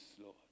Lord